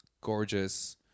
gorgeous